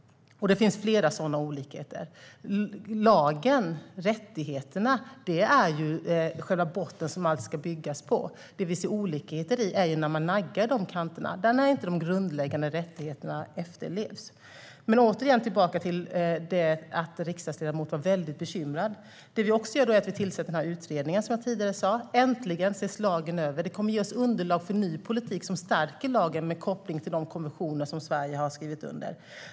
Det finns flera olikheter. Lagen och rättigheterna är själva botten som allt ska byggas på. Det vi ser olikheter i är när man naggar kanterna och när de grundläggande rättigheterna inte efterlevs. För att gå tillbaka till att riksdagsledamoten är väldigt bekymrad tillsätter vi en utredning, som jag sa tidigare. Äntligen ses lagen över. Det kommer att ge oss underlag för ny politik som stärker lagen med koppling till de konventioner som Sverige har skrivit under.